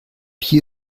hier